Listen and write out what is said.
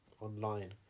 Online